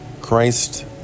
Christ